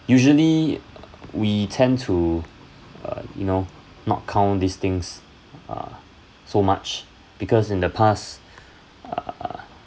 usually we tend to uh you know not count these things uh so much because in the past uh